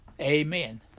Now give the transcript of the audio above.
amen